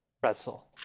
pretzel